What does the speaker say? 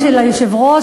היושב-ראש,